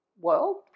world